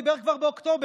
דיבר כבר באוקטובר,